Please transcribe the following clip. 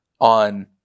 on